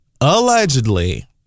allegedly